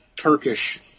Turkish